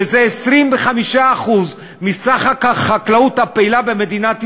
שזה 25% מסך החקלאות הפעילה במדינת ישראל,